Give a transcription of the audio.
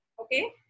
Okay